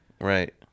Right